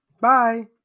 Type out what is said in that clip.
Bye